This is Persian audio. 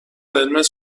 قرمز